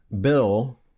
Bill